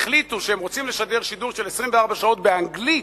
החליטו שהם רוצים לשדר שידור של 24 שעות באנגלית,